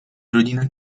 rodina